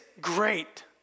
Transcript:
great